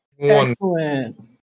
Excellent